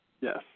Yes